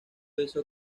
hizo